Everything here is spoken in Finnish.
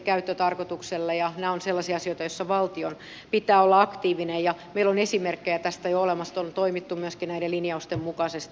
nämä ovat sellaisia asioita joissa valtion pitää olla aktiivinen ja meillä on esimerkkejä tästä jo olemassa että on toimittu myöskin näiden linjausten mukaisesti